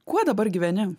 kuo dabar gyveni